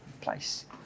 place